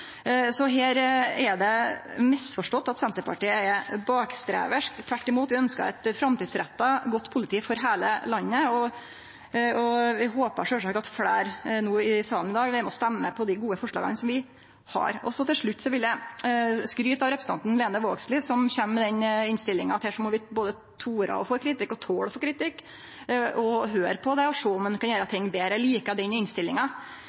Så her er det misforstått at Senterpartiet er bakstreversk. Tvert imot, vi ønskjer eit framtidsretta, godt politi for heile landet, og vi håpar sjølvsagt at fleire i salen i dag er med og stemmer for dei gode forslaga som vi har. Så vil eg skryte av representanten Lene Vågslid, som kjem med den innstillinga at her må vi både tore å få kritikk og tole å få kritikk, høyre på det og sjå om ein kan gjere ting betre. Eg likar den innstillinga.